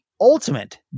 ultimate